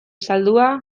zaldua